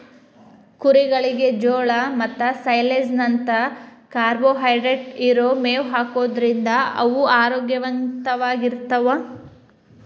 ಕುರಿಗಳಿಗೆ ಜೋಳ ಮತ್ತ ಸೈಲೇಜ್ ನಂತ ಕಾರ್ಬೋಹೈಡ್ರೇಟ್ ಇರೋ ಮೇವ್ ಹಾಕೋದ್ರಿಂದ ಅವು ಆರೋಗ್ಯವಂತವಾಗಿರ್ತಾವ